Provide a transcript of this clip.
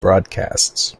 broadcasts